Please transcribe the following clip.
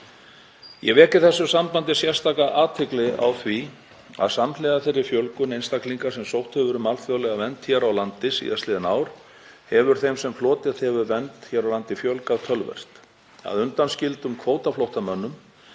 Ég vek í þessu sambandi sérstaklega athygli á því að samhliða þeirri fjölgun einstaklinga sem sótt hefur um alþjóðlega vernd hér á landi síðastliðin ár hefur þeim sem hlotið hefur vernd hér á landi fjölgað töluvert. Að undanskildum kvótaflóttamönnum